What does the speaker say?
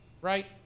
Right